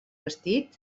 vestit